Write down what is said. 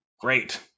great